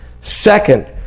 Second